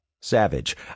Savage